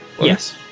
yes